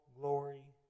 glory